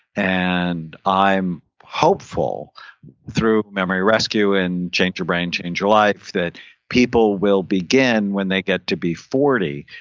and i'm hopeful through memory rescue and change your brain, change your life, that people will begin when they get to be forty.